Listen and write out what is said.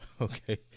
okay